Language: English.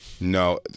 No